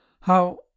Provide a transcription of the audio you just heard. How